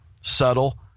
subtle